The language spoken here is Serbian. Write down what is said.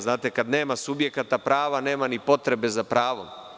Znate, kad nema subjekata prava, nema ni potrebe za pravom.